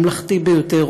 הממלכתי ביותר,